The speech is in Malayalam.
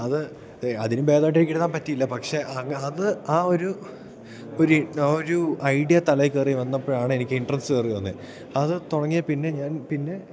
അത് അതിലും ഭേദമായിട്ട് എനിക്കെഴുതാൻ പറ്റിയില്ല പക്ഷെ അങ്ങ് അത് ആ ഒരു ഒരു ആ ഒരു ഐഡിയ തലയിൽക്കയറി വന്നപ്പോഴാണ് എനിക്ക് ഇൻട്രസ്റ്റ് കയറി വന്നത് അത് തുടങ്ങിയതിൽ പിന്നെ ഞാൻ പിന്നെ